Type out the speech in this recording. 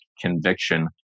conviction